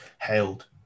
hailed